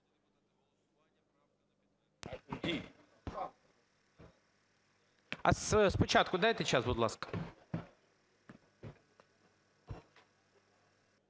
З початку дайте час, будь ласка.